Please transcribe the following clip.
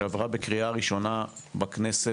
שעברה בקריאה ראשונה בכנסת